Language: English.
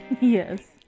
Yes